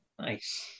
Nice